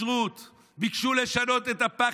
ביקשו לשנות את הכשרות,